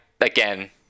again